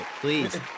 Please